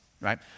Right